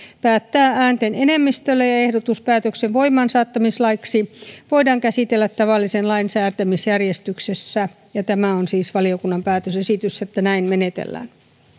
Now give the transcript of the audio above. päättää äänten enemmistöllä ja ehdotus päätöksen voimaansaattamislaiksi voidaan käsitellä tavallisen lain säätämisjärjestyksessä tämä on siis valiokunnan päätösesitys että näin menetellään